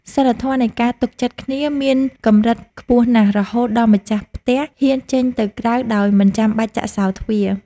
សីលធម៌នៃការទុកចិត្តគ្នាមានកម្រិតខ្ពស់ណាស់ រហូតដល់ម្ចាស់ផ្ទះហ៊ានចេញទៅក្រៅដោយមិនចាំបាច់ចាក់សោទ្វារ។